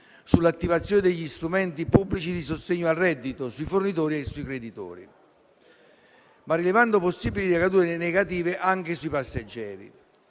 sull'attivazione degli strumenti pubblici di sostegno al reddito, sui fornitori e sui creditori, ma rilevando possibili ricadute negative anche sui passeggeri.